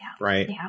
Right